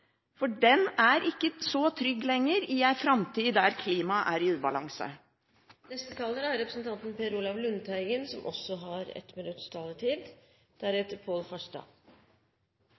for den er ikke så trygg lenger i en framtid der klimaet er i ubalanse.